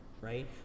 right